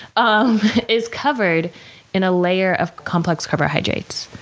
um is covered in a layer of complex carbohydrates.